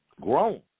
grown